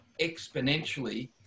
exponentially